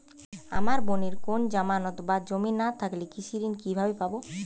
আমার বোনের কোন জামানত বা জমি না থাকলে কৃষি ঋণ কিভাবে পাবে?